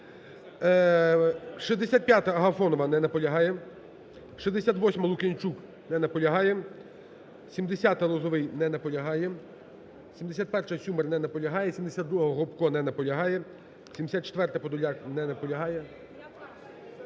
65-а, Агафонова. Не наполягає. 68-а, Лук'янчук. Не наполягає. 70-а, Лозовий. Не наполягає. 71-а, Сюмар. Не наполягає. 72-а, Гопко. Не наполягає. 74-а, Подоляк. Не наполягає.